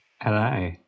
Hello